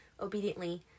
obediently